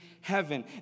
heaven